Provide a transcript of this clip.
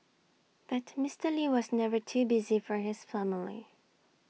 but Mister lee was never too busy for his family